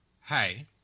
Hey